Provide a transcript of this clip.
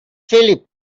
phillip